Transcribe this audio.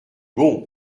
bon